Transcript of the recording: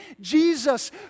Jesus